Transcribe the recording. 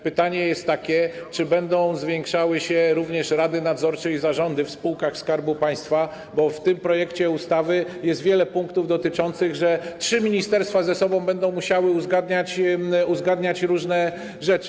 Pytanie jest takie, czy będą zwiększały się również składy rad nadzorczych i zarządów w spółkach Skarbu Państwa, bo w tym projekcie ustawy jest wiele punktów dotyczących tego, że trzy ministerstwa ze sobą będą musiały uzgadniać różne rzeczy.